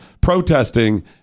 protesting